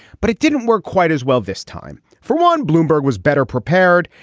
but it didn't work quite as well this time. for one, bloomberg was better prepared,